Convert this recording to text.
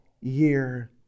year